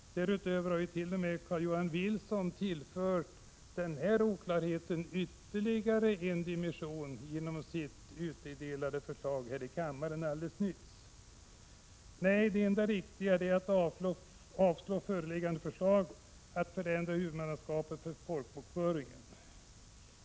Därutöver har Carl-Johan Wilson tillfört denna oklarhet ytterligare en dimension genom sitt särskilda yrkande, som delats ut i kammaren. Nej, det enda riktiga är att avslå föreliggande förslag att förändra huvudmannaskapet för folkbokföringen.